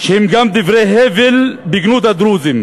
שהם גם דברי הבל בגנות הדרוזים.